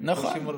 נכון.